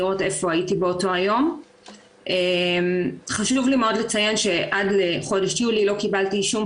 נראה איך נעשה את זה כדי שה-2.40 האלה או יישארו 2.40 או לא יהיו בכלל,